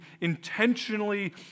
intentionally